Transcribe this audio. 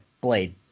blade